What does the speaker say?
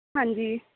ਹਾਂਜੀ